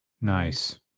Nice